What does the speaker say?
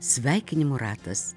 sveikinimų ratas